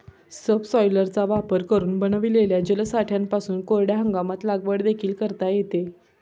सबसॉयलरचा वापर करून बनविलेल्या जलसाठ्यांपासून कोरड्या हंगामात लागवड देखील करता येते